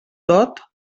dot